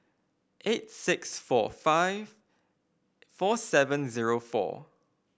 eight six four five four seven zero four